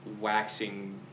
waxing